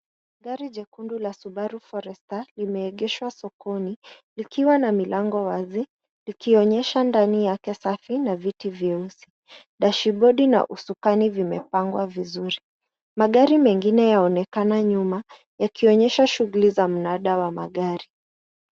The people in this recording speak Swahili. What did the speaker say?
Gari jekundu la Subaru Forester limeegeshwa sokoni likiwa na milango wazi ikionyesha ndani yake safi na viti vyeusi. Dashibodi na usukani vimepangwa vizuri. Magari mengine yaonekana nyuma yakionyesha shughuli za mnada wa magari.